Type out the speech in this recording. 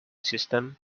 system